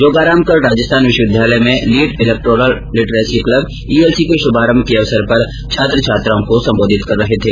जोगाराम कल राजस्थान विश्वविद्यालय में lead electoral literacy club ELC के शुभारम्भ के अवसर पर छात्र छात्राओं को संबोधित कर रहे थे